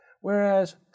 Whereas